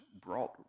brought